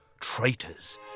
traitors